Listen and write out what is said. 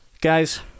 guys